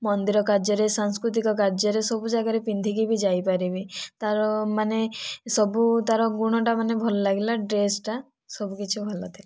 ମନ୍ଦିର କାର୍ଯ୍ୟରେ ସଂସ୍କୃତିକ କାର୍ଯ୍ୟରେ ସବୁ ଜାଗାରେ ପିନ୍ଧିକି ବି ଯାଇପାରିବି ତାର ମାନେ ସବୁ ତାର ଗୁଣଟା ମାନେ ଭଲ ଲାଗିଲା ଡ୍ରେସଟା ସବୁ କିଛି ଭଲ ଥିଲା